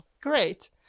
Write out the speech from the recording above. great